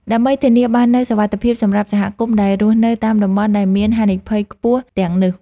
ដើម្បីធានាបាននូវសុវត្ថិភាពសម្រាប់សហគមន៍ដែលរស់នៅតាមតំបន់ដែលមានហានិភ័យខ្ពស់ទាំងនោះ។